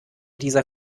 dieser